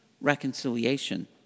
reconciliation